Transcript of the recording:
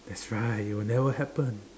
that's right it will never happen